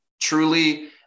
truly